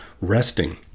resting